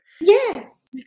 Yes